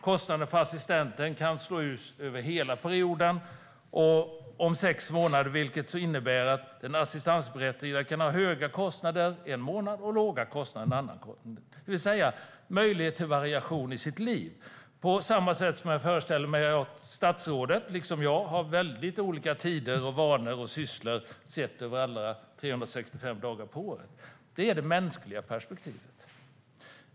Kostnaden för assistansen kan slås ut över hela perioden om sex månader, vilket innebär att den assistansberättigade kan ha höga kostnader en månad och låga kostnader en annan, det vill säga ha möjlighet till variation i sitt liv, på samma sätt som jag föreställer mig att statsrådet liksom jag har väldigt olika tider, vanor och sysslor sett över alla 365 dagar på året. Det är det mänskliga perspektivet.